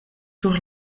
sur